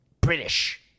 British